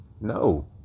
No